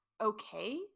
okay